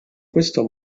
questo